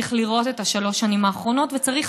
צריך לראות את שלוש השנים האחרונות וצריך